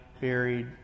buried